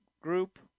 group